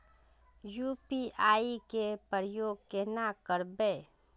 UPI के उपयोग केना करबे?